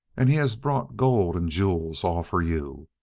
and he has brought gold and jewels, all for you,